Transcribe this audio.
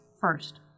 first